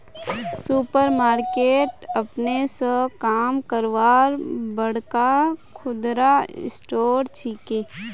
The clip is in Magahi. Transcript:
सुपर मार्केट अपने स काम करवार बड़का खुदरा स्टोर छिके